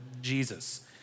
Jesus